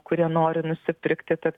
kurie nori nusipirkti tad